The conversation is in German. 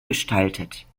gestaltet